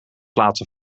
laten